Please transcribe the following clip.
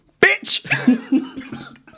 bitch